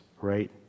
right